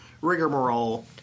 rigmarole